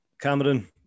Cameron